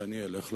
שאני אלך לעזאזל.